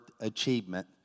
achievement